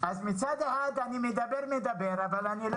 אז מצד אחד אני מדבר ומדבר אבל אני לא